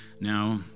Now